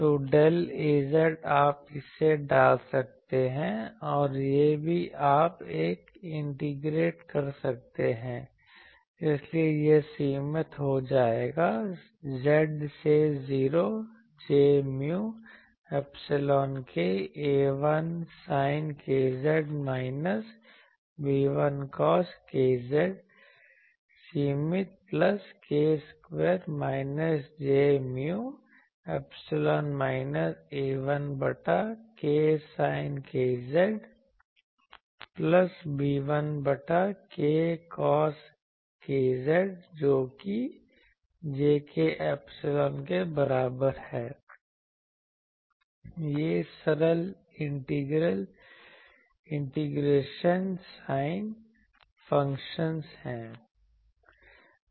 तो del Az आप इसे डाल सकते हैं और यह भी कि आप एक इंटीग्रेट कर सकते हैं इसलिए यह सीमित हो जाएगा z से 0 j mu epsilon k A1 sin kz minus B1 cos kz सीमित plus k square minus j mu epsilon minus A1 बटा k sin kz plus B1 बटा k cos kz जो की j k एप्सिलॉन के बराबर है ये सरल इंटीग्रेशन साइन फंक्शन हैं